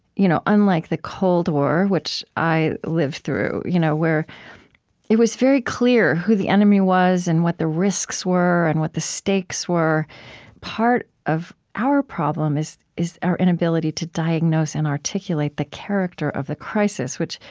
you know unlike the cold war, which i lived through, you know where it was very clear who the enemy was and what the risks were and what the stakes were part of our problem is is our inability to diagnose and articulate the character of the crisis, which,